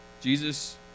Jesus